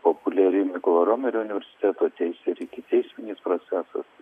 populiari mykolo riomerio universiteto teisė ir ikiteisminis procesus